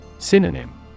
Synonym